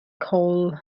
coles